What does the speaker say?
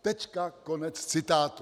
Teďka konec z citátu.